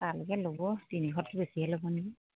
তালৈকে ল'ব তিনিশতকে বেছিয়ে ল'ব নেকি